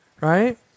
right